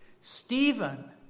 Stephen